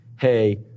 Hey